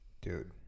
dude